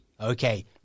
okay